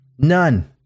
None